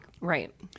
Right